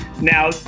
Now